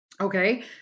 okay